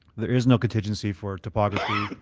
there is no contingency for poppography,